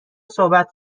صحبت